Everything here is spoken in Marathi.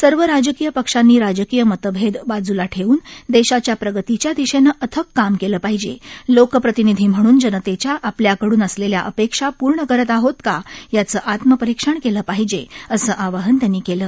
सर्व राजकीय पक्षांनी राजकीय मतभेद बाजूला ठेवून देशाच्या प्रगतीच्या दिशेनं अथक काम केलं पाहिजे लोकप्रतिनिधी म्हणून जनतेच्या आपल्याकडून असलेल्या अपेक्षा पूर्ण करत आहोत का याचं आत्मपरिक्षण केलं पाहिजे असं आवाहन त्यांनी केलं